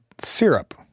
syrup